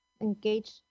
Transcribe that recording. engage